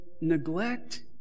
neglect